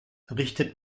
richtet